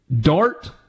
Dart